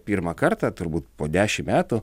pirmą kartą turbūt po dešimt metų